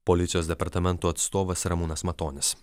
policijos departamento atstovas ramūnas matonis